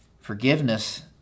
Forgiveness